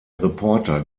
reporter